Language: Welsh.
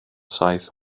saith